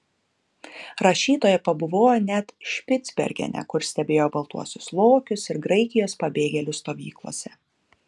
rašytoja pabuvojo net špicbergene kur stebėjo baltuosius lokius ir graikijos pabėgėlių stovyklose